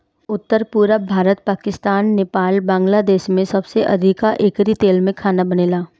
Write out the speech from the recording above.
उत्तर, पुरब भारत, पाकिस्तान, नेपाल, बांग्लादेश में सबसे अधिका एकरी तेल में खाना बनेला